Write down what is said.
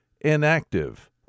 inactive